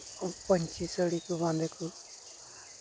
ᱯᱟᱹᱧᱪᱤ ᱥᱟᱹᱲᱤ ᱠᱚ ᱵᱟᱸᱫᱮ ᱠᱚ